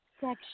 Section